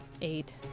Eight